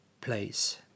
place